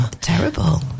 terrible